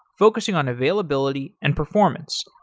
focusing on availability and performance.